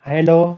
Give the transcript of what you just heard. Hello